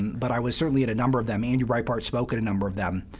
but i was certainly at a number of them. andrew breitbart spoke at a number of them,